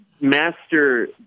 master